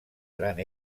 gran